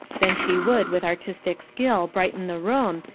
then she would with artistic skill brighten the room,